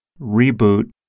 reboot